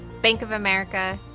bank of america,